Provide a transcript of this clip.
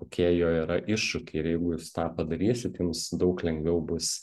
kokie jo yra iššūkiai ir jeigu jūs tą padarysit jums daug lengviau bus